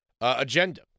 agenda